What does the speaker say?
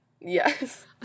Yes